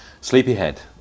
Sleepyhead